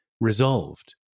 resolved